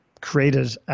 created –